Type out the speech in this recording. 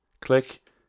Click